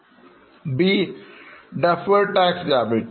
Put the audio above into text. b is deferred tax liability